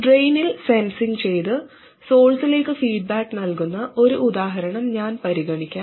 ഡ്രെയിനിൽ സെൻസിംഗ് ചെയ്ത് സോഴ്സിലേക്ക് ഫീഡ്ബാക്ക് നൽകുന്ന ഒരു ഉദാഹരണം ഞാൻ പരിഗണിക്കാം